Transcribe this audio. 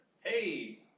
Hey